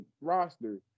roster